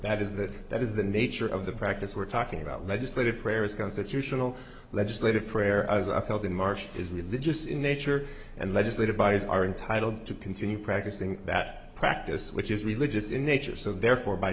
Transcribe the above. that is that that is the nature of the practice we're talking about legislative prayer is constitutional legislative prayer as i felt in march is religious in nature and legislative bodies are entitled to continue practicing that practice which is religious in nature so therefore by